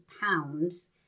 pounds